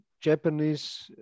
Japanese